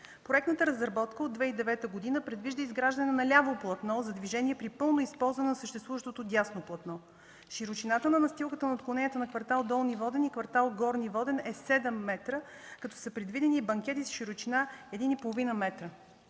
Проектната разработка от 2009 г. предвижда изграждане на ляво платно за движение при пълно използване на съществуващото дясно платно. Широчината на настилката на отклонението на квартал „Долни Воден” и квартал „Горни Воден” е 7 метра, като са предвидени банкети с широчина един метър